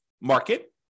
market